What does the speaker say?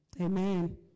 Amen